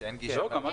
נכון.